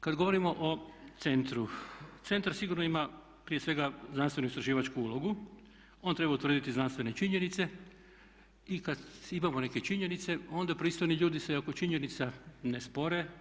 Kad govorimo o centru, centar sigurno ima prije svega znanstveno-istraživačku ulogu, on treba utvrditi znanstvene činjenice i kad imamo neke činjenice onda pristojni ljudi se oko činjenica ne spore.